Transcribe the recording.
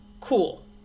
cool